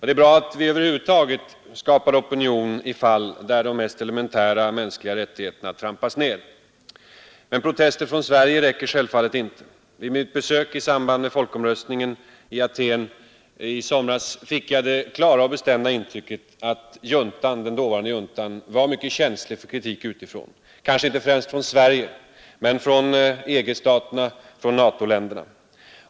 Det är bra att vi över huvud taget skapar opinion i fall där de mest elementära mänskliga rättigheterna trampas ned. Men protester från Sverige räcker självfallet inte. Vid mitt besök i Aten i samband med folkomröstningen i somras fick jag det klara och bestämda intrycket att den dåvarande juntan var mycket känslig för kritik utifrån — kanske inte främst från Sverige men från EG-staterna och från NATO-länderna.